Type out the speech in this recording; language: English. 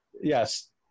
Yes